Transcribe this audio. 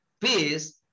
peace